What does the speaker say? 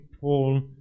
Paul